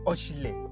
Oshile